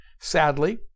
Sadly